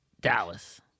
Dallas